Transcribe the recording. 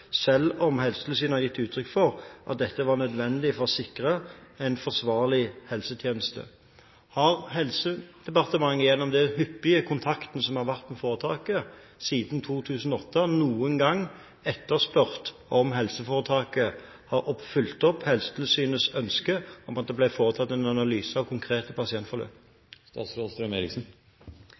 selv om Helsetilsynet hadde gitt uttrykk for at dette var nødvendig for å sikre en forsvarlig helsetjeneste. Har Helsedepartementet gjennom den hyppige kontakten som har vært med foretaket siden 2008, noen gang etterspurt om helseforetaket har oppfylt Helsetilsynets ønske om at det ble foretatt en analyse av konkrete pasientforløp?